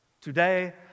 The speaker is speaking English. Today